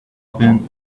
pin